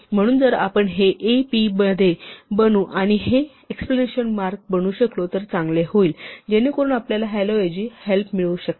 म्हणून जर आपण हे a p मध्ये बनवू आणि हे एक्सकॅलमेशन मार्क बनवू शकलो तर चांगले होईल जेणेकरून आपल्याला hello ऐवजी help मिळू शकते